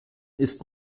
ist